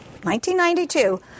1992